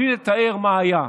בלי לתאר מה היה,